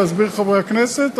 להסביר לחברי הכנסת,